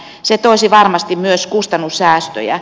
se toisi varmasti myös kustannussäästöjä